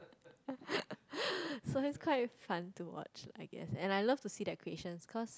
so that's quite fun to watch I guess and I love the see their creations cause